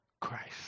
Christ